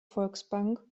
volksbank